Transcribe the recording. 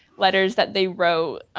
letters that they wrote.